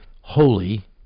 holy